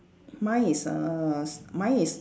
mine is uh s~ mine is